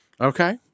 Okay